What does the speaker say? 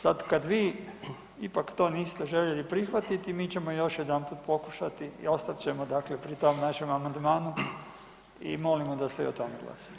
Sad kad vi ipak to niste željeli prihvatiti mi ćemo još jedanput pokušati i ostat ćemo dakle pri tom našem amandmanu i molimo da se i o tome glasa.